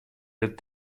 dat